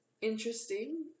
interesting